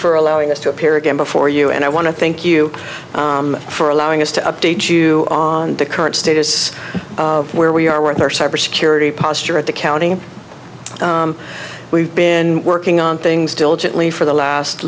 for allowing us to appear again before you and i want to thank you for allowing us to update you on the current status of where we are with our cyber security posture at the county we've been working on things diligently for the last